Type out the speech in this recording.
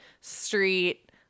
street